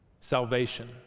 salvation